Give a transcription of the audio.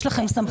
יש לכם סמכויות.